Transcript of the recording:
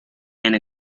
and